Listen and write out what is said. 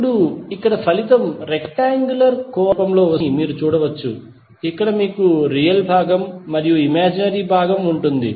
ఇప్పుడు ఇక్కడ ఫలితం రెక్టాంగులర్ కోఆర్డినేట్ రూపంలో వస్తుందని మీరు చూడవచ్చు ఇక్కడ మీకు రియల్ భాగం మరియు ఇమాజినరీ భాగం ఉంటుంది